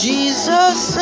Jesus